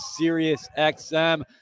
SiriusXM